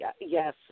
yes